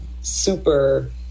super